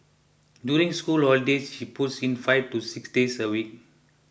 during school holidays she puts in five to six days a week